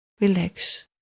Relax